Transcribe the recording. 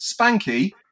spanky